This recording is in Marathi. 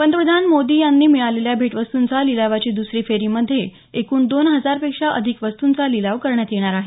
पंतप्रधान मोदी यांनी मिळालेल्या भेटवस्तूंचा लिलावाची दुसरी फेरीमध्ये एकूण दोन हजारपेक्षा अधिक वस्तूंचा लिलाव करण्यात येणार आहे